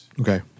Okay